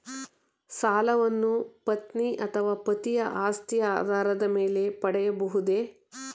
ಸಾಲವನ್ನು ಪತ್ನಿ ಅಥವಾ ಪತಿಯ ಆಸ್ತಿಯ ಆಧಾರದ ಮೇಲೆ ಪಡೆಯಬಹುದೇ?